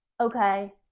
okay